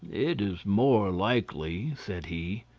it is more likely, said he,